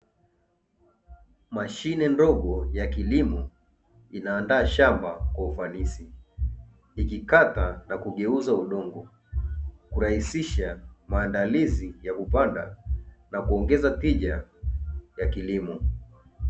Mashine ndogo ya kilimo inaandaa shamba kwa ufanisi. Ikikata na kugeuza udongo kurahisisha maandalizi ya kupanda na kuongeza tija ya kilimo.